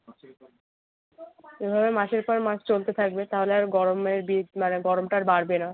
এভাবে মাসের পর মাস চলতে থাকবে তাহলে আর গরমের বীজ মানে গরমটা আর বাড়বে না